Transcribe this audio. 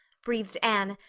breathed anne,